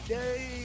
day